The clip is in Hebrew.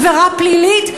עבירה פלילית,